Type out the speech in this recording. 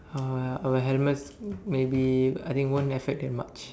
uh a helmet maybe I think won't affect that much